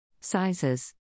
Sizes